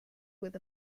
with